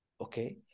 okay